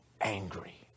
angry